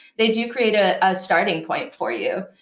they do create a starting point for you.